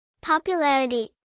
Popularity